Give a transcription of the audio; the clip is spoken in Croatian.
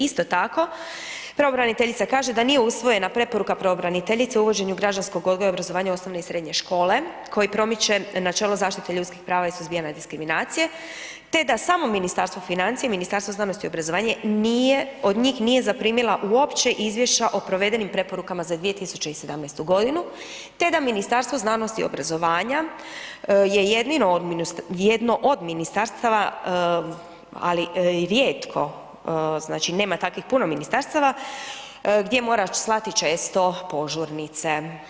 Isto tako, pravobraniteljica kaže da nije usvojena preporuka pravobraniteljice o uvođenju građanskog odgoja obrazovanja u osnovne i srednje škole, koji promiče načelo zaštite ljudskih prava i suzbijanja diskriminacije te da samo Ministarstvo financija i Ministarstvo znanosti i obrazovanja nije, od njih nije zaprimila uopće izvješća o provedenim preporukama za 2017. g. te da Ministarstvo znanosti i obrazovanja je jedno od ministarstava, a i rijetko, znači nema takvih puno ministarstava, gdje mora slati često požurnice.